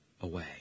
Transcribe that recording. away